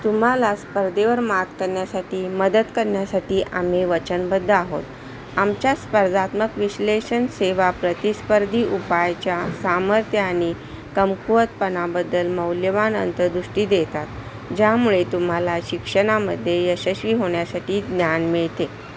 तुम्हाला स्पर्धेवर मात करण्यासाठी मदत करण्यासाठी आम्ही वचनबद्ध आहोत आमच्या स्पर्धात्मक विश्लेषण सेवा प्रतिस्पर्धी उपायाच्या सामर्थ्य आणि कमकुवतपणाबद्दल मौल्यवान अंतर्दृष्टी देतात ज्यामुळे तुम्हाला शिक्षणामध्ये यशस्वी होण्यासाठी ज्ञान मिळते